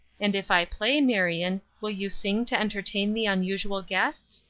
and if i play, marion, will you sing to entertain the unusual guests?